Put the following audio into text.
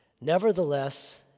Nevertheless